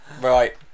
Right